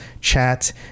chat